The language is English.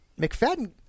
McFadden